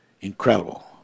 incredible